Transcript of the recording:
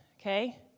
okay